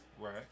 right